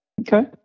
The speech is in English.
Okay